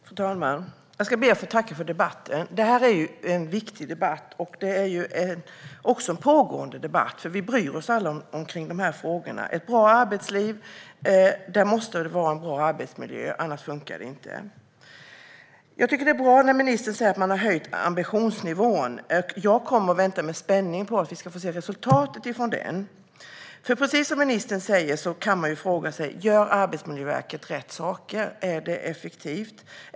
Fru talman! Jag ska be att få tacka för debatten. Detta är en viktig debatt. Det är också en pågående debatt, för vi bryr oss alla om de här frågorna. I ett bra arbetsliv måste det vara en bra arbetsmiljö. Annars funkar det inte. Jag tycker att det är bra att ministern säger att man har höjt ambitionsnivån. Jag väntar med spänning på att vi ska få se resultatet av det. Precis som ministern säger kan man nämligen fråga sig: Gör Arbetsmiljöverket rätt saker? Är det effektivt?